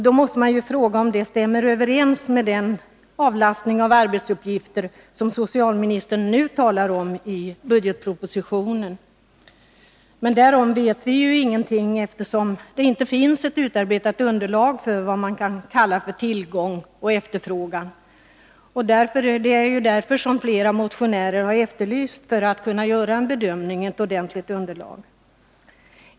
Då måste man fråga om det stämmer med den avlastning av arbetsuppgifter som socialministern nu talar om i budgetpropositionen. Därom vet vi ingenting, eftersom det inte finns något utarbetat underlag för vad man kan kalla tillgång och efterfrågan. För att kunna göra en bedömning har flera motionärer efterlyst ett ordentligt underlag.